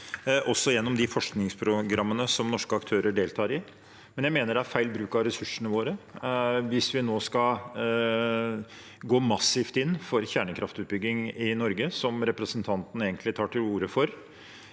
også gjennom de forskningsprogrammene som norske aktører deltar i. Men jeg mener det er feil bruk av ressursene våre hvis vi nå skal gå massivt inn for kjernekraftutbygging i Norge, som representanten egentlig tar til orde for.